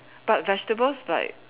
but vegetables like